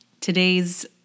Today's